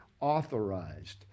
authorized